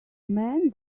man